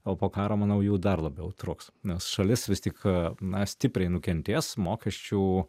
o po karo manau jų dar labiau trūks nes šalis vis tik na stipriai nukentės mokesčių